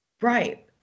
right